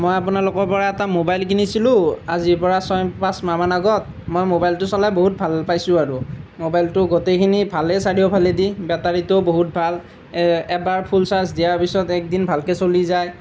মই আপোনালোকৰ পৰা এটা ম'বাইল কিনিছিলোঁ আজিৰ পৰা ছয় পাঁচ মাহ মান আগত মই ম'বাইলটো চলাই বহুত ভাল পাইছোঁ আৰু ম'বাইলটো গোটেইখিনি ভালেই ছাইডৰ ফালেদি বেটাৰীটোও বহুত ভাল এ এবাৰ ফুল চাৰ্জ দিয়াৰ পিছত এক দিন ভালকৈ চলি যায়